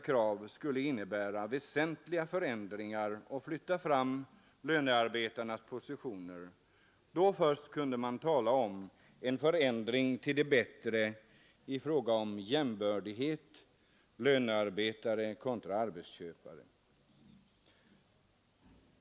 krav skulle innebära väsentliga förändringar och flytta fram lönearbetarnas positioner. Då först kunde man tala om en förändring till det bättre i fråga om jämbördighet lönearbetare kontra arbetsköpare.